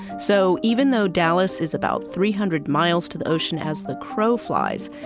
so, even though dallas is about three hundred miles to the ocean as the crow flies,